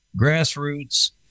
grassroots